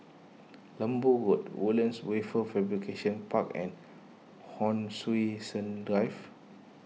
Lembu Road Woodlands Wafer Fabrication Park and Hon Sui Sen Drive